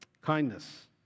kindness